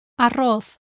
arroz